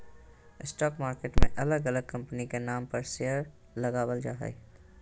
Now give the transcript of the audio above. stock market मे अलग अलग कंपनी के नाम पर शेयर लगावल जा हय